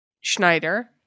Schneider